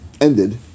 ended